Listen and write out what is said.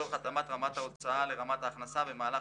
לצורך התאמת רמת ההוצאה לרמת ההכנסה במהלך